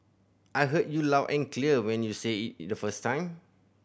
I heard you loud and clear when you said it the first time